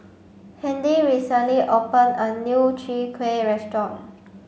Handy recently open a new Chwee Kueh restaurant